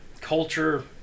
culture